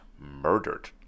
murdered